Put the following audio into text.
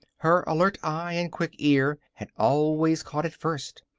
her alert eye and quick ear had always caught it first.